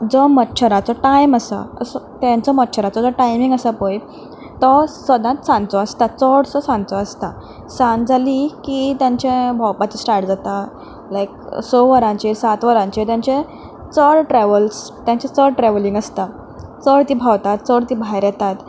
जो मच्छराचो टायम आसा असो त्या मच्छराचो जो टायमींग आसा पय तो सदांच सांचो आसता चडसो सांचो आसता सांज जाली की तांचे भोंवपाचें स्टार्ट जाता लायक स वराचेर सात वराचेर तांचे चड ट्रेवल्स तांचे चड ट्रेवलींग आसता चड ती भोंवतात चड तीं भायर येतात